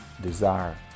desire